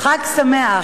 חג שמח.